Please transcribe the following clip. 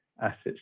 assets